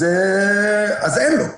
אז אין לו.